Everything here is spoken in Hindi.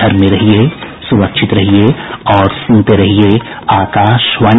घर में रहिये सुरक्षित रहिये और सुनते रहिये आकाशवाणी